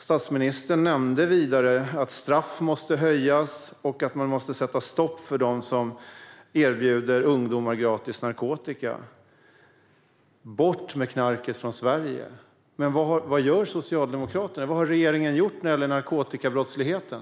Statsministern nämnde vidare att straff måste höjas och att man måste sätta stopp för dem som erbjuder ungdomar gratis narkotika. Bort med knarket från Sverige! Men vad gör Socialdemokraterna? Vad har regeringen gjort när det gäller narkotikabrottsligheten?